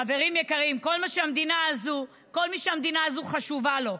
חברים יקרים, כל מי שהמדינה הזו חשובה לו.